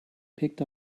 picked